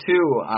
two